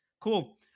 cool